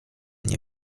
nie